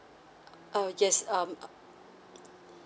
uh yes um